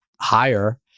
higher